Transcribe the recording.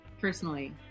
personally